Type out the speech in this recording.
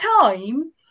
time